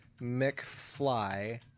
McFly